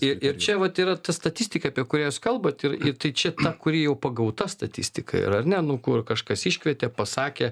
ir ir čia vat yra ta statistika apie kurią jūs kalbat ir ir čia ta kuri jau pagauta statistika yra ar ne nu kur kažkas iškvietė pasakė